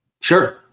Sure